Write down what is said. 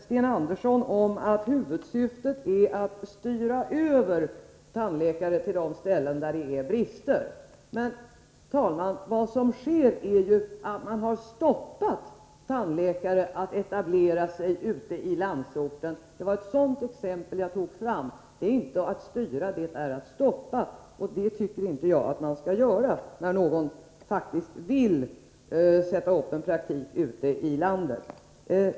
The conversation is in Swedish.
Sten Andersson säger att huvudsyftet är att styra över tandläkare till de ställen där det är brist. Men, herr talman, vad som har skett är ju att man har hindrat tandläkare att etablera sig ute i landsorten. Det var ett sådant exempel jag tog fram. Det är inte att styra, det är att stoppa, och det tycker inte jag att man skall göra, när någon faktiskt vill sätta upp en praktik ute i landet.